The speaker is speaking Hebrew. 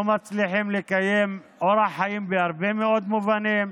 לא מצליחים לקיים אורח חיים בהרבה מאוד מובנים.